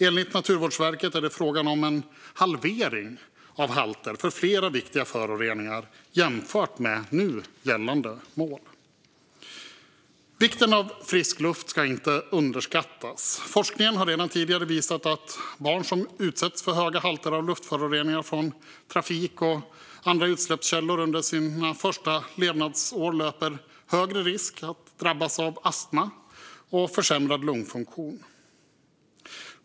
Enligt Naturvårdsverket är det fråga om en halvering av halter för flera viktiga föroreningar jämfört med nu gällande mål. Vikten av frisk luft ska inte underskattas. Forskningen har redan tidigare visat att barn som utsätts för höga halter av luftföroreningar från trafik och andra utsläppskällor under sina första levnadsår löper högre risk att drabbas av astma och försämrad lungfunktion.